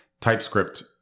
typescript